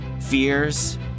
fears